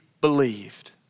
believed